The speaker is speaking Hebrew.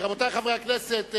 רבותי חברי הכנסת,